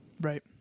Right